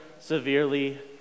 severely